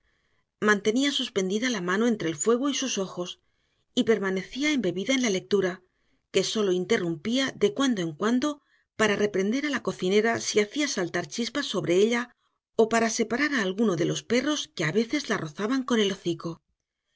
mantenía suspendida la mano entre el fuego y sus ojos y permanecía embebecida en la lectura que sólo interrumpía de cuando en cuando para reprender a la cocinera si hacía saltar chispas sobre ella o para separar a alguno de los perros que a veces la rozaban con el hocico